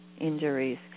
injuries